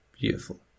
beautiful